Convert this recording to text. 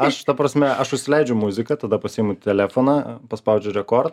aš ta prasme aš užsileidžiu muziką tada pasiimu telefoną paspaudžiu rekord